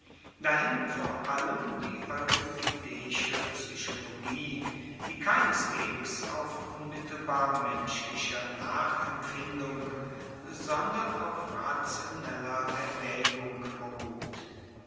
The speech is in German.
dahin vor allem die euripideische psychologie die keineswegs auf unmittelbar menschlicher nachempfindung sondern auf rationeller erwaegung beruht